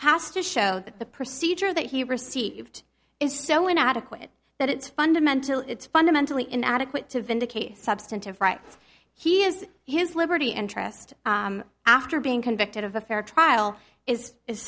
house to show that the procedure that he received is so inadequate that it's fundamental it's fundamentally inadequate to vindicate substantive rights he has his liberty interest after being convicted of a fair trial is is